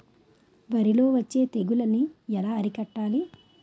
వరిలో వచ్చే తెగులని ఏలా అరికట్టాలి?